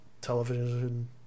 television